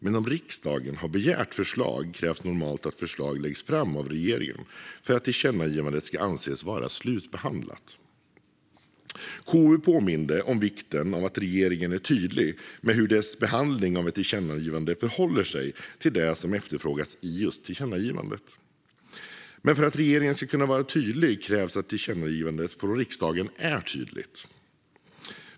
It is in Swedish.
Men om riksdagen har begärt förslag krävs normalt att förslag läggs fram av regeringen för att tillkännagivandet ska anses vara slutbehandlat. KU påminde om vikten av att regeringen är tydlig med hur dess behandling av ett tillkännagivande förhåller sig till det som efterfrågas i tillkännagivandet. Men för att regeringen ska kunna vara tydlig krävs att tillkännagivandet från riksdagen är tydligt.